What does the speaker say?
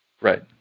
Right